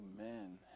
Amen